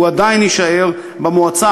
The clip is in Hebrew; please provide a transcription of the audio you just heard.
הוא עדיין יישאר במועצה,